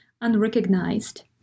unrecognized